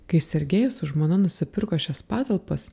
kai sergejus su žmona nusipirko šias patalpas